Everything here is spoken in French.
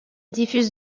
diffuse